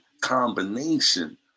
combination